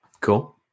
cool